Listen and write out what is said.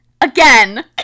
Again